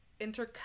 intercut